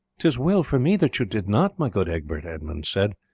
tis well for me that you did not, my good egbert, edmund said,